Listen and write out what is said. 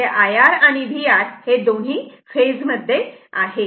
इथे हे IR आणि VR दोन्ही फेज मध्ये आहेत